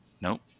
Nope